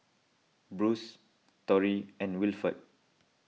Bruce Tory and Wilford